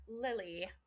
Lily